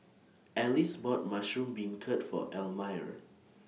Alyce bought Mushroom Beancurd For Elmire